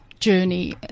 journey